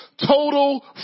total